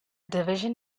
division